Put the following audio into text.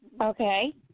Okay